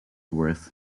worth